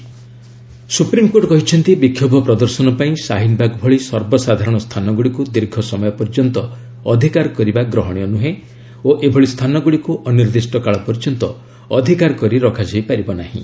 SC Shaheen Bagh supreme court କହିଛନ୍ତି ବିକ୍ଷୋଭ ପ୍ରଦର୍ଶନ ପାଇଁ ଶାହିନବାଗ ଭଳି ସର୍ବସାଧାରଣ ସ୍ଥାନଗୁଡ଼ିକୁ ଦୀର୍ଘସମୟ ପର୍ଯ୍ୟନ୍ତ ଅଧିକାର କରିବା ଗ୍ରହଣୀୟ ନୁହେଁ ଓ ଏଭଳି ସ୍ଥାନଗୁଡ଼ିକୁ ଅନିର୍ଦ୍ଧିଷ୍ଟ କାଳ ପର୍ଯ୍ୟନ୍ତ ଅଧିକାର କରି ରଖାଯାଇ ପାରିବ ନାହିଁ